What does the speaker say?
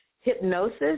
hypnosis